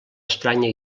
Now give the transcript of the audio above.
estranya